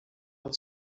and